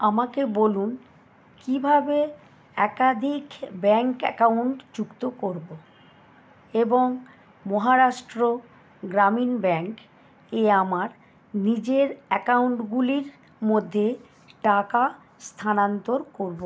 আমাকে বলুন কীভাবে একাধিক ব্যাঙ্ক অ্যাকাউন্ট যুক্ত করবো এবং মহারাষ্ট্র গ্রামীণ ব্যাঙ্ক এ আমার নিজের অ্যাকাউন্টগুলির মধ্যে টাকা স্থানান্তর করবো